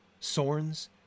Sorns